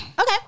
Okay